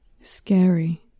scary